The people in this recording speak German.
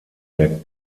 der